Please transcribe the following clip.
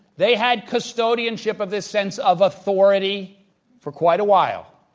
they had custodianship of this sense of authority for quite a while.